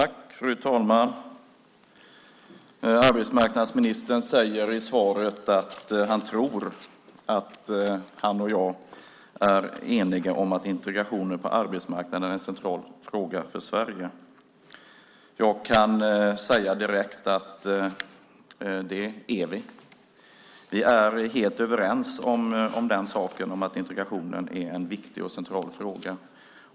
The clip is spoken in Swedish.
Fru talman! Arbetsmarknadsministern säger i svaret att han tror att han och jag är eniga om att integrationen på arbetsmarknaden är en central fråga för Sverige. Jag kan direkt säga att det är vi. Vi är helt överens om att integrationen är en viktig och central fråga.